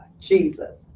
jesus